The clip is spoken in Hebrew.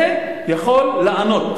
זה יכול לענות.